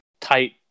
tight